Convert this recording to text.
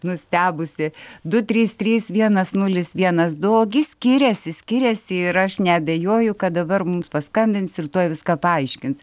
nustebusi du trys trys vienas nulis vienas du o gi skiriasi skiriasi ir aš neabejoju kad dabar mums paskambins ir tuoj viską paaiškins